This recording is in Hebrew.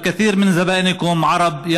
שפתנו ערבית,